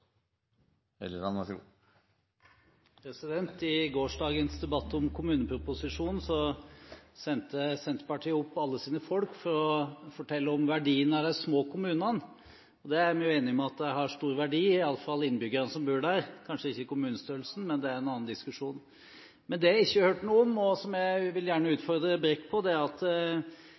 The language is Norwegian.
I gårsdagens debatt om kommuneproposisjonen sendte Senterpartiet opp alle sine folk for å fortelle om verdien av de små kommunene, og det er vi jo enige om at har stor verdi – iallfall innbyggerne som bor der. Vi er kanskje ikke enige om kommunestørrelsen, men det er en annen diskusjon. Men det som jeg ikke har hørt noe om, og som jeg gjerne vil utfordre Brekk på, er